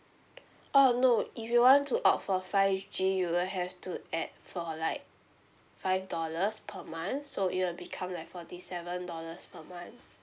oh no if you want to opt for five G you will have to add for like five dollars per month so it'll become like forty seven dollars per month